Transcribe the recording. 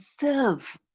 serve